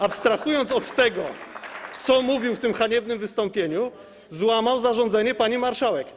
Abstrahując od tego, co mówił w tym haniebnym wystąpieniu, złamał zarządzenie pani marszałek.